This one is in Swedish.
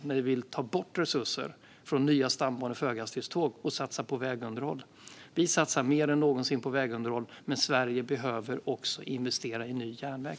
Ni vill ta bort resurser från nya stambanor för höghastighetståg och satsa på vägunderhåll. Vi satsar mer än någonsin på vägunderhåll, men Sverige behöver också investera i ny järnväg.